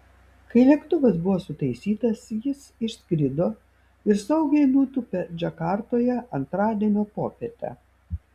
kai lėktuvas buvo sutaisytas jis išskrido ir saugiai nutūpė džakartoje antradienio popietę